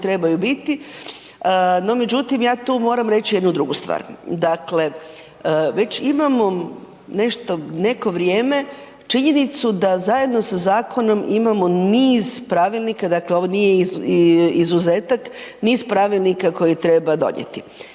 trebaju biti, no međutim ja tu moram reći jednu drugu stvar, dakle već imamo nešto, neko vrijeme činjenicu da zajedno sa zakonom imamo niz pravilnika, dakle ovo nije izuzetak, niz pravilnika koji treba donijeti